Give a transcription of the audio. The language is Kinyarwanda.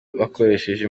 bakoresheje